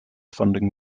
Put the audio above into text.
funding